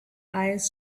eyes